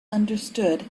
understood